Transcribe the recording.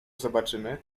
zobaczymy